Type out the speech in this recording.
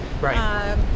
Right